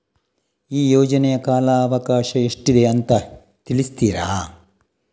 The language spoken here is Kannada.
ಈ ಯೋಜನೆಯ ಕಾಲವಕಾಶ ಎಷ್ಟಿದೆ ಅಂತ ತಿಳಿಸ್ತೀರಾ?